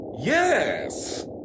Yes